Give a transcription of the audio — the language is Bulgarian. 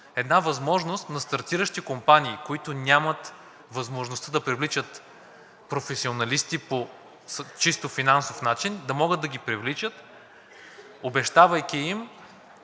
една възможност на стартиращи компании, които нямат възможността да привличат професионалисти по чисто финансов начин, да могат да ги привличат, обещавайки им